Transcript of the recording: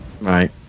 Right